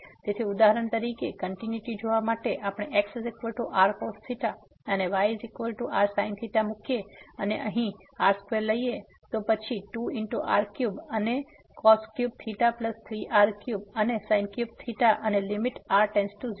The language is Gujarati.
તેથી અહીં ઉદાહરણ તરીકે કંટીન્યુટી જોવા માટે આપણે xrcos અને yrsin મૂકી શકીએ છીએ અને આ અહીં r2 આવશે અને પછી 2 r3 અને 3r3 અને અને લીમીટ r → 0